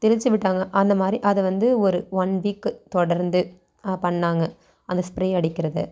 தெளித்து விட்டாங்க அந்தமாதிரி அதை வந்து ஒரு ஒன் வீக்கு தொடர்ந்து பண்ணாங்க அந்த ஸ்ப்ரே அடிக்கிறத